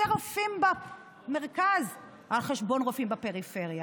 רופאים במרכז על חשבון רופאים בפריפריה.